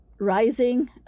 rising